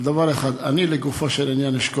אבל דבר אחד, אני אשקול את זה לגופו של עניין.